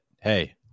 hey